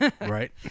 right